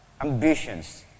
ambitions